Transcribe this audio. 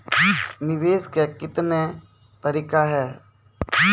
निवेश के कितने तरीका हैं?